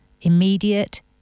immediate